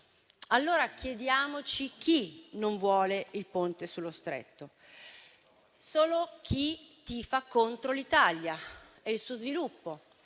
allora chi non vuole il Ponte sullo Stretto. Solo chi tifa contro l'Italia e il suo sviluppo.